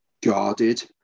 guarded